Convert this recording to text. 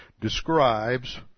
describes